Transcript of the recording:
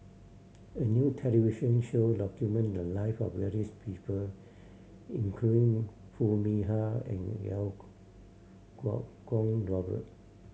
a new television show document the live of various people include Foo Mee Har and Iau Kuo Kuo Kwong Robert